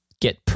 get